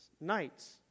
knights